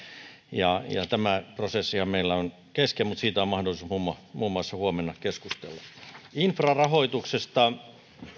ja tämä prosessihan meillä on kesken mutta siitä on mahdollisuus keskustella muun muassa huomenna infrarahoituksesta